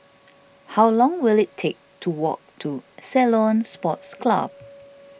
how long will it take to walk to Ceylon Sports Club